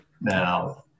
Now